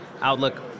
Outlook